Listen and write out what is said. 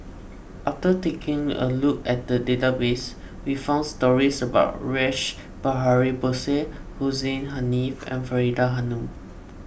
after taking a look at the database we found stories about Rash Behari Bose Hussein Haniff and Faridah Hanum